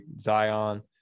Zion